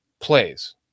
plays